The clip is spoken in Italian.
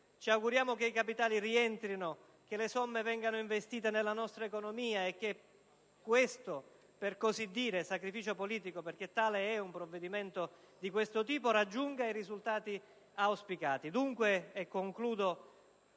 ci auguriamo che i capitali rientrino, che le somme vengano investite nella nostra economia e che questo - per così dire - "sacrificio politico" (perché tale è un provvedimento di questo tipo) raggiunga i risultati auspicati. Dunque (e concludo,